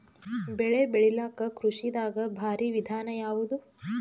ಬೆಳೆ ಬೆಳಿಲಾಕ ಕೃಷಿ ದಾಗ ಭಾರಿ ವಿಧಾನ ಯಾವುದು?